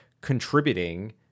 contributing